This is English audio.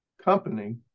Company